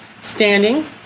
Standing